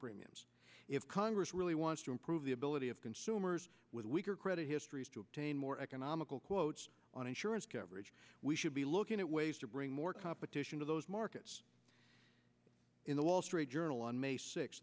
premiums if congress really wants to improve the ability of consumers with weaker credit histories to obtain more economical quotes on insurance coverage we should be looking at ways to bring more competition to those markets in the wall street journal on may six